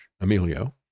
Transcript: Emilio